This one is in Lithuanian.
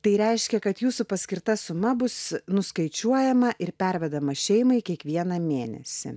tai reiškia kad jūsų paskirta suma bus nuskaičiuojama ir pervedama šeimai kiekvieną mėnesį